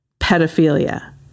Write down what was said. pedophilia